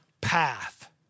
path